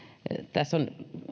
tässä on